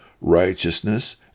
righteousness